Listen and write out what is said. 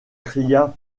cria